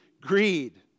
greed